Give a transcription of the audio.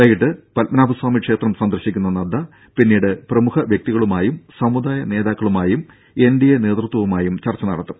വൈകീട്ട് പത്മനാഭസ്വാമി ക്ഷേത്രം സന്ദർശിക്കുന്ന നദ്ദ പിന്നീട് പ്രമുഖ വ്യക്തികളുമായും സമുദായ നേതാക്കളുമായും എൻഡിഎ നേതൃത്വവുമായും ചർച്ച നടത്തും